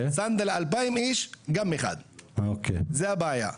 צנדלה אלפיים איש גם אחד, זו הבעיה.